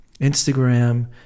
Instagram